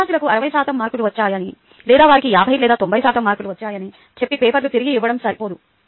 విద్యార్థులకు 60 శాతం మార్కులు వచ్చాయని లేదా వారికి 50 లేదా 90 శాతం మార్కులు వచ్చాయని చెప్పి పేపర్లు తిరిగి ఇవ్వడం సరిపోదు